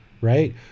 right